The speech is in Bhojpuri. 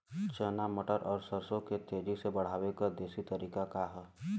चना मटर और सरसों के तेजी से बढ़ने क देशी तरीका का ह?